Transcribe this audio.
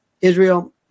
Israel